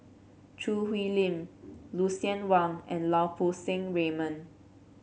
Choo Hwee Lim Lucien Wang and Lau Poo Seng Raymond